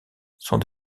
sont